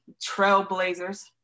trailblazers